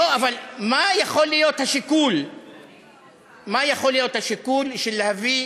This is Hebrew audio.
לא, אבל מה יכול להיות השיקול של להביא